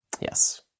Yes